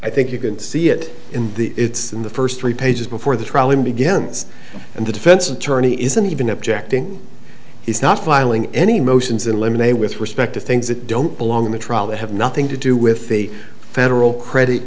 i think you can see it in the it's in the first three pages before the trial even begins and the defense attorney isn't even objecting he's not filing any motions in limine a with respect to things that don't belong in the trial that have nothing to do with the federal credit